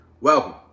Welcome